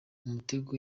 umutego